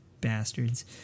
bastards